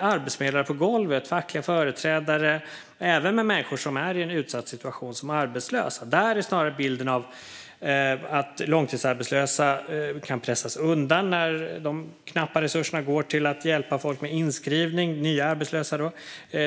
arbetsförmedlare på golvet, med fackliga företrädare och även med människor som är i en utsatt situation som arbetslösa. Där är snarare bilden att långtidsarbetslösa kan pressas undan när de knappa resurserna går till att hjälpa nya arbetslösa med inskrivning.